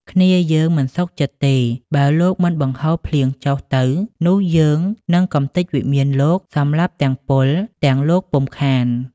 គ្នាយើងមិនសុខចិត្តទេ បើលោកមិនបង្ហូរភ្លៀងចុះទៅ នោះរយើងនឹងកម្ទេចវិមានលោក សម្លាប់ទាំងពល ទាំងលោកពុំខាន”។